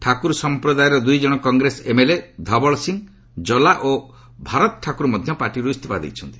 ଠାକୁର ସମ୍ପ୍ରଦାୟର ଦୁଇ ଜଣ କଂଗ୍ରେସ ଏମ୍ଏଲ୍ଏ ଧବଳ ସିଂ ଜଲା ଓ ଭାରତ ଠାକୁର ମଧ୍ୟ ପାର୍ଟିରୁ ଇସ୍ତଫା ଦେଇଛନ୍ତି